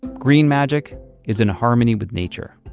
green magic is in harmony with nature